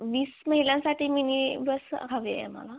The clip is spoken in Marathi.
वीस महिलांसाठी मिनी बस हवी आहे आम्हाला